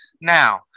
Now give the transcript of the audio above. now